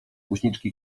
głośniczki